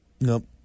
Nope